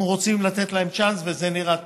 אנחנו רוצים לתת להם צ'אנס, וזה נראה טוב.